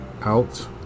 out